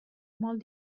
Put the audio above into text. molt